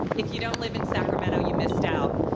if you don't live in sacramento, you missed out.